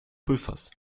pulvers